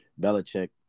Belichick